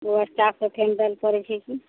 ओ staff सबके handle करय छियै की